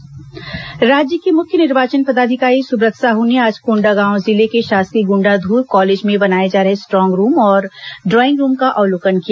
सुब्रत साहु दौरा राज्य के मुख्य निर्वाचन पदाधिकारी सुव्रत साहू ने आज कोण्डागांव जिले के शासकीय गुण्डाध्र कॉलेज में बनाए जा रहे स्ट्रांग और ड्राइंग रूम का अवलोकन किया